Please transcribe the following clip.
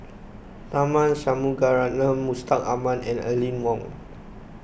Tharman Shanmugaratnam Mustaq Ahmad and Aline Wong